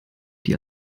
die